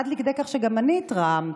עד כדי כך שגם אני התרעמתי,